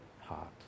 heart